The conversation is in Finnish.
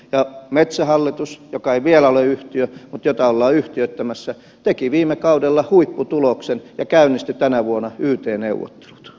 ja metsähallitus joka ei vielä ole yhtiö mutta jota ollaan yhtiöittämässä teki viime kaudella huipputuloksen ja käynnisti tänä vuonna yt neuvottelut